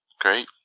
great